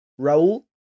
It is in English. Raul